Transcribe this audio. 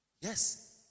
yes